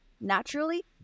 naturally